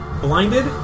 blinded